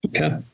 Okay